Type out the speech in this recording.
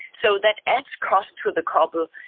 so that adds cost to the couple.